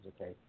okay